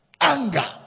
anger